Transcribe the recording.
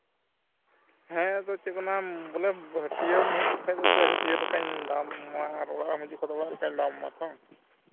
ᱦᱮᱸ ᱟᱫᱚ ᱪᱮᱫ ᱠᱚ ᱢᱮᱱᱟ ᱵᱚᱞᱮ ᱦᱟᱹᱴᱭᱟᱹᱢ ᱦᱤᱡᱩᱜ ᱠᱷᱟᱱ ᱫᱚ ᱦᱟᱹᱴᱭᱟᱹ ᱞᱮᱠᱟᱧ ᱫᱟᱢᱟᱢᱟ ᱟᱨ ᱚᱲᱟᱜ ᱮᱢ ᱦᱤᱡᱩᱜ ᱠᱷᱟᱱ ᱫᱚ ᱚᱲᱟᱜ ᱞᱮᱠᱟᱧ ᱫᱟᱢ ᱟᱢᱟ ᱛᱚ